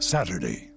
Saturday